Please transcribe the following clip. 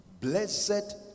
Blessed